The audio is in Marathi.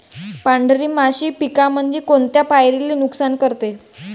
पांढरी माशी पिकामंदी कोनत्या पायरीले नुकसान करते?